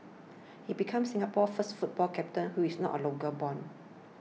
he became Singapore's first football captain who is not local born